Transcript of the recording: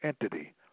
entity